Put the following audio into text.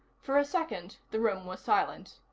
for a second the room was silent.